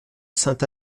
sainte